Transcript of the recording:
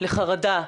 לחרדה,